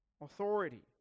authority